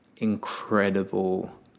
incredible